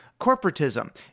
corporatism